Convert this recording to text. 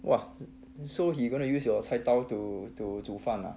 !wah! so he gonna use your 菜刀 to 煮饭 lah